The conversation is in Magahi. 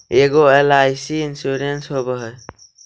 ऐगो एल.आई.सी इंश्योरेंस होव है?